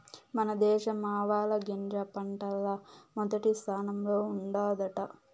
మన దేశం ఆవాలగింజ పంటల్ల మొదటి స్థానంలో ఉండాదట